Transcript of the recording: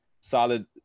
solid